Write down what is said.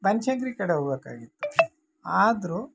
ಬನಶಂಕ್ರಿ ಕಡೆ ಹೋಗ್ಬೇಕಾಗಿತ್ತು ಆದರೂ